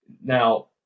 now